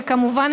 וכמובן,